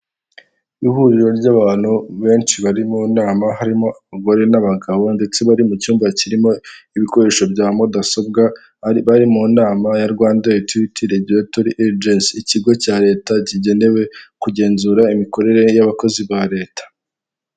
Ihuriro ry'abantu benshi bari mu nama harimo abagore n'abagabo ndetse bari mu cyumba kirimo ibikoresho bya mudasobwa bari mu nama ya Rwanda utility regulatory agency, ikigo cya Leta kigenewe kugenzura imikorere y'abakozi ba Leta.